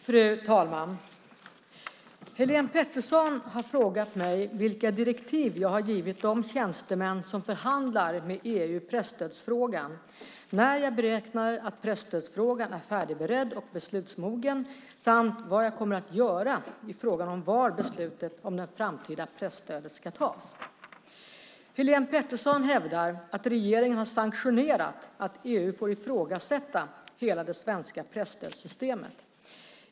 Fru talman! Helene Petersson har frågat mig vilka direktiv jag har givit de tjänstemän som förhandlar med EU i presstödsfrågan, när jag beräknar att presstödsfrågan är färdigberedd och beslutsmogen samt vad jag kommer att göra i frågan om var beslutet om det framtida presstödet ska tas. Helene Petersson hävdar att regeringen har sanktionerat att EU får ifrågasätta hela det svenska presstödssystemet.